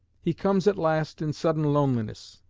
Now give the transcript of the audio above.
he comes at last in sudden loneliness,